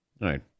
right